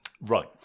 Right